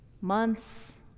Months